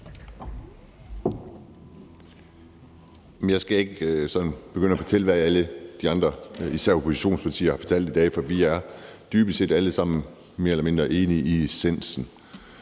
Jeg skal ikke sådan begynde at fortælle, hvad alle de andre, især oppositionspartierne, har fortalt i dag, for vi er dybest set alle sammen mere eller mindre enige om essensen.